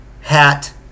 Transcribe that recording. hat